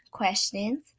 questions